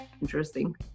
interesting